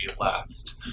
last